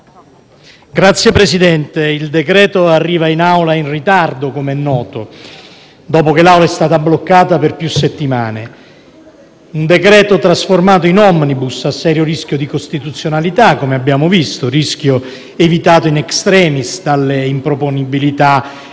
al nostro esame arriva in Aula in ritardo, com'è noto, dopo che l'Aula è stata bloccata per più settimane. Un decreto trasformato in *omnibus*, a serio rischio di costituzionalità, come abbiamo visto, rischio evitato *in extremis* dalle improponibilità